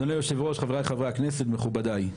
אדוני היושב-ראש, חבריי חברי הכנסת, מכובדיי.